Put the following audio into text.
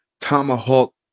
tomahawk